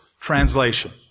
translation